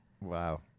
Wow